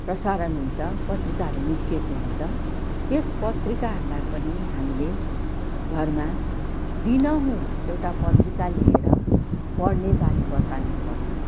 प्रसारण हुन्छ पत्रिकाहरू निस्केको हुन्छ त्यसमा पत्रिकाहरूलाई पनि हामीले घरमा दिनहूँ एउटा पत्रिका लियेर पढ्ने बानी बसाल्नु पर्छ